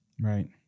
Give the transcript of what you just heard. Right